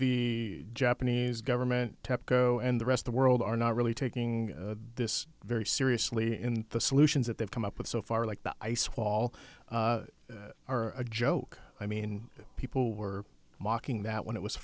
the japanese government tepco and the rest the world are not really taking this very seriously in the solutions that they've come up with so far like the ice wall are a joke i mean people were mocking that when it was